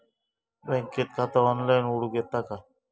बँकेत खाता ऑनलाइन उघडूक येता काय?